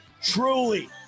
Truly